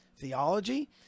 theology